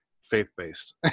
faith-based